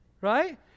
Right